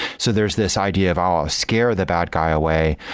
so there's this idea of, i'll scare the bad guy away,